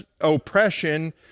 oppression